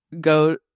go